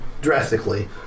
drastically